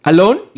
Alone